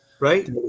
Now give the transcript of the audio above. right